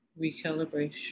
recalibration